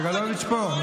סגלוביץ' פה.